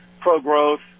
pro-growth